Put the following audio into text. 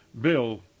bill